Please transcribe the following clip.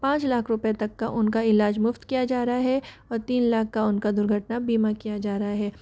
पाँच लाख रूपए तक का उनका इलाज मुफ्त किया जा रहा है और तीन लाख का उनका दुर्घटना बीमा किया जा रहा है